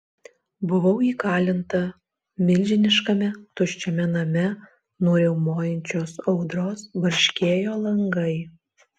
buvau įkalinta milžiniškame tuščiame name nuo riaumojančios audros barškėjo langai